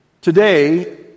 today